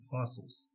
apostles